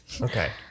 Okay